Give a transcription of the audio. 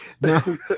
Now